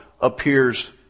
appears